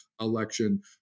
election